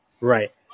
right